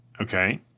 Okay